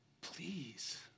please